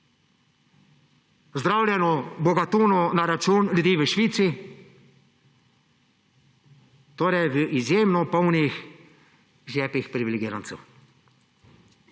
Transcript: zdravljenju bogatunov na račun ljudi v Švici. Torej v izjemno polnih žepih privilegirancev.